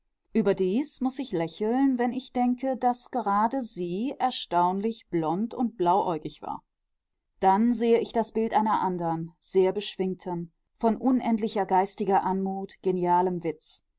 überdies muß ich lächeln wenn ich denke daß gerade sie erstaunlich blond und blauäugig war dann sehe ich das bild einer andern sehr beschwingten von unendlicher geistiger anmut genialem witz